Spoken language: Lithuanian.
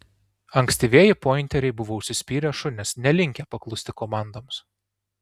ankstyvieji pointeriai buvo užsispyrę šunys nelinkę paklusti komandoms